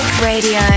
Radio